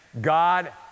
God